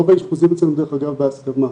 רוב האשפוזים אצלנו דרך אגב הם בהסכמה,